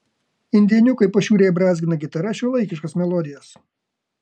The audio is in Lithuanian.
indėniukai pašiūrėje brązgina gitara šiuolaikiškas melodijas